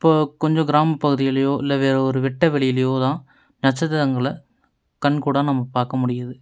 இப்போது கொஞ்சம் கிராமப் பகுதியிலையோ இல்லை வேற ஒரு வெட்ட வெளியிலையோ தான் நட்சத்திரங்களை கண்கூடாக நம்ம பார்க்க முடியுது